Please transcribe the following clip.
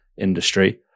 industry